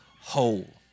whole